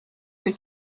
que